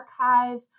archive